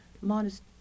minus